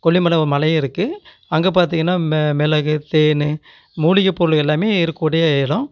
கொல்லிமலை மலை இருக்கு அங்கே பார்த்தீங்கன்னா மிளகு தேன் மூலிகைப் பொருள் எல்லாம் இருக்கூடிய எடம்